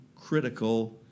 critical